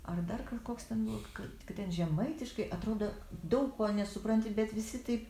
ar dar ka koks ten buvo tik ten žemaitiškai atrodo daug ko nesupranti bet visi taip